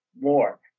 more